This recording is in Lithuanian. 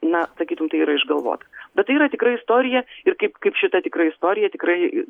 na sakytum tai yra išgalvota bet tai yra tikra istorija ir kaip kaip šita tikra istorija tikrai